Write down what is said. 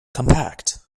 compact